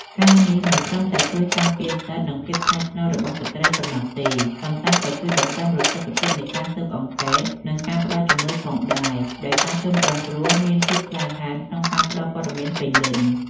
ការធ្វើបែបនេះមិនត្រឹមតែជួយការពារសិទ្ធិ និងភាពថ្លៃថ្នូររបស់ស្ត្រីប៉ុណ្ណោះទេ ប៉ុន្តែក៏ជួយបង្កើនប្រសិទ្ធភាពនៃការស៊ើបអង្កេត និងការផ្តល់ជំនួយផងដែរ ដោយសារជនរងគ្រោះមានភាពក្លាហានក្នុងការផ្តល់ព័ត៌មានពេញលេញ។